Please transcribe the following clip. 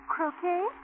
Croquet